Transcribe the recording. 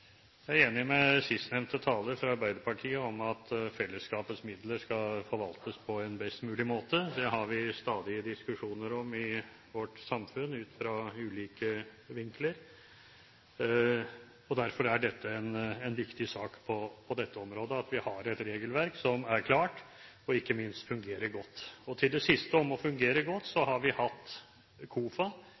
Jeg er enig med sistnevnte taler fra Arbeiderpartiet, at fellesskapets midler skal forvaltes på en best mulig måte. Det har vi stadig diskusjoner om i vårt samfunn, ut fra ulike vinkler. Derfor er dette en viktig sak på dette området, at vi har et regelverk som er klart og ikke minst fungerer godt. Til det siste – om å fungere godt – har vi hatt KOFA